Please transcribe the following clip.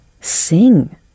sing